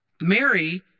Mary